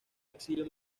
exilio